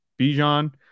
Bijan